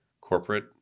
corporate